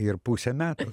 ir pusę metų